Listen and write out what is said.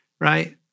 right